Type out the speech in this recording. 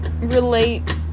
relate